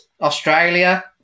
Australia